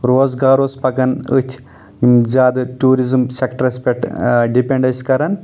روزگار اوس پکان أتھۍ یِم زیادٕ ٹوٗرزم سٮ۪کٹرس پٮ۪ٹھ ڈپٮ۪نڈ ٲسۍ کران